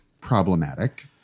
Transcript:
problematic